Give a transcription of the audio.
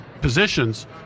positions